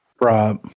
Right